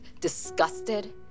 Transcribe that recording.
disgusted